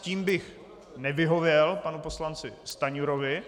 Tím bych nevyhověl panu poslanci Stanjurovi.